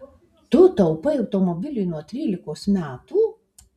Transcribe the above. tu taupai automobiliui nuo trylikos metų